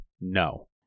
No